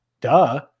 duh